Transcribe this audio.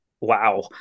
wow